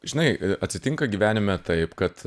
žinai atsitinka gyvenime taip kad